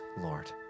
Lord